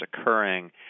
occurring